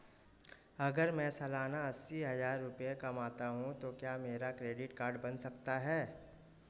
अगर मैं सालाना अस्सी हज़ार रुपये कमाता हूं तो क्या मेरा क्रेडिट कार्ड बन सकता है?